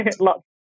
Lots